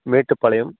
Mettupalayam